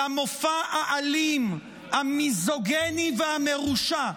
למופע האלים, המיזוגיני והמרושע,